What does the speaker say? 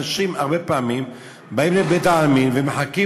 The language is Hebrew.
אנשים הרבה פעמים באים לבית-העלמין ומחכים